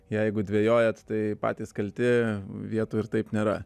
jeigu dvejojat tai patys kalti vietų ir taip nėra